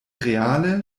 reale